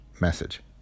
message